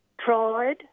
tried